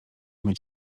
mieć